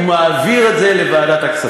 ומעביר את זה לוועדת הכספים.